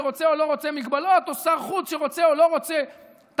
שרוצה או לא רוצה הגבלות,